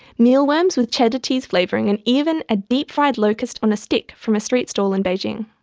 mealworms with cheddar cheese flavouring, and even a deep-fried locust on a stick from a street stall in beijing.